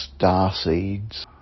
starseeds